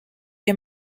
est